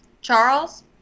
Charles